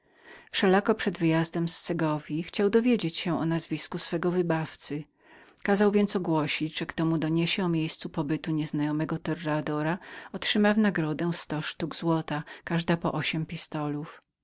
wszelako przed wyjazdem z segowji chciał dowiedzieć się o nazwisku swego wybawcy kazał więc ogłosić przez woźnego że kto mu doniesie o miejscu pobytu nieznajomego torreadora otrzyma w nagrodę sto sztuk złota z których każda ważyła ośm pistolów